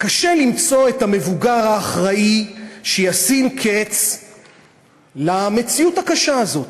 קשה למצוא את המבוגר האחראי שישים קץ למציאות הקשה הזאת.